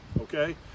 okay